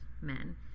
men